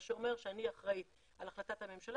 מה שאומר שאני אחראית על החלטת הממשלה